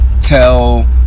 tell